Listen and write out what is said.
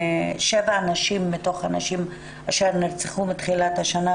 שבע נשים מתוך הנשים אשר נרצחו מתחילת השנה,